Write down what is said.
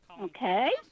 Okay